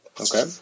Okay